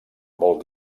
vol